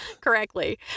correctly